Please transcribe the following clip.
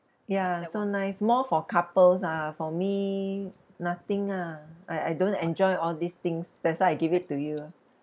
ya so nice more for couples ah for me nothing ah I I don't enjoy all these things that's why I give it to you ah